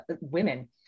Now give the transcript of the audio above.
women